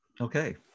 Okay